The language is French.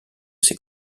ses